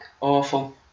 Awful